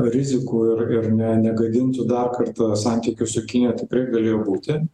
rizikų ir ir ne negadintų dar kartą santykių su kinija tikrai galėjo būti